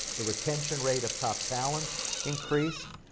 the retention rate of top talent increased,